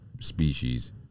species